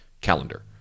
calendar